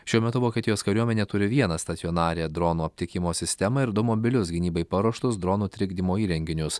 šiuo metu vokietijos kariuomenė turi vieną stacionarią dronų aptikimo sistemą ir du mobilius gynybai paruoštus dronų trikdymo įrenginius